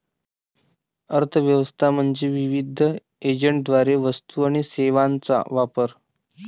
अर्थ व्यवस्था म्हणजे विविध एजंटद्वारे वस्तू आणि सेवांचा वापर